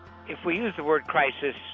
if we use the word crisis,